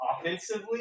offensively